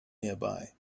nearby